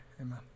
amen